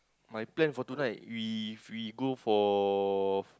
my plan for tonight we if we go for